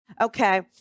Okay